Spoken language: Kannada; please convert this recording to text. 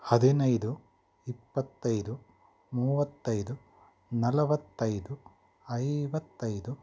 ಹದಿನೈದು ಇಪ್ಪತ್ತೈದು ಮೂವತ್ತೈದು ನಲವತ್ತೈದು ಐವತ್ತೈದು